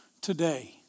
today